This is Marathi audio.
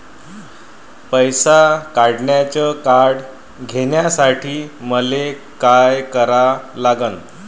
पैसा काढ्याचं कार्ड घेण्यासाठी मले काय करा लागन?